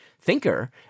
thinker